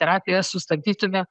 terapija sustabdytume